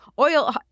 oil